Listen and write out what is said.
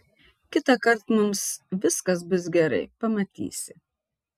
kitąkart mums viskas bus gerai pamatysi